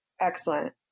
Excellent